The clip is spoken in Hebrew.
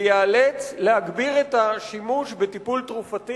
ויאלץ להגביר את השימוש בטיפול תרופתי